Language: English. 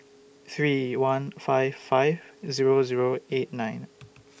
three one five five Zero Zero eight nine